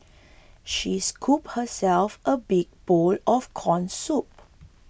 she scooped herself a big bowl of Corn Soup